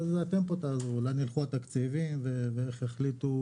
אתם פה תעזרו לאן ילכו התקציבים ואיך יחליטו